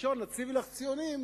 בלשון "הציבי לך ציונים",